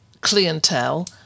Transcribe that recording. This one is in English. clientele